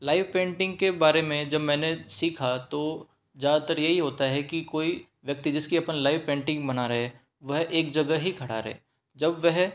live painting के बारे में जब मैंने सीखा तो ज़्यादातर ये ही होता है कि कोई व्यक्ति जिसकी अपन लाइव पेंटिंग बना रहे वह एक जगह ही खड़ा रहे जब वह